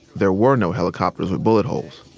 there were no helicopters with bullet holes.